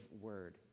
word